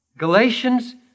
Galatians